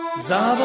Za